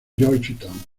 georgetown